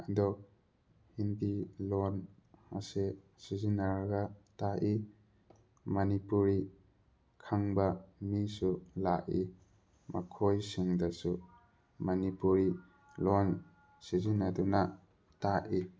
ꯑꯗꯣ ꯍꯤꯟꯗꯤ ꯂꯣꯟ ꯑꯁꯦ ꯁꯤꯖꯤꯟꯅꯔꯒ ꯇꯥꯛꯏ ꯃꯅꯤꯄꯨꯔꯤ ꯈꯪꯕ ꯃꯤꯁꯨ ꯂꯥꯛꯏ ꯃꯈꯣꯏꯁꯤꯡꯗꯁꯨ ꯃꯅꯤꯄꯨꯔꯤ ꯂꯣꯟ ꯁꯤꯖꯤꯟꯅꯗꯨꯅ ꯇꯥꯛꯏ